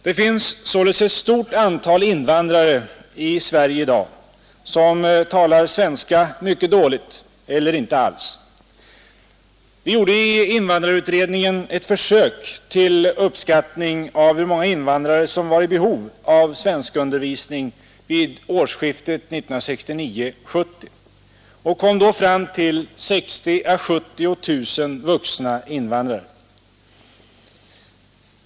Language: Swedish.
Det finns således ett stort antal invandrare i Sverige i dag som talar svenska mycket dåligt eller inte alls. Vi gjorde i invandrarutredningen ett försök till uppskattning av hur många invandrare som var i behov av svenskundervisning vid årsskiftet 1969—1970 och kom då fram till 60 000 å 70 000 vuxna invandrare.